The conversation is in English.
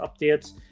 updates